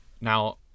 now